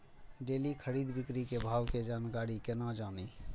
Daily खरीद बिक्री के भाव के जानकारी केना जानी?